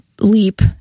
leap